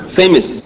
famous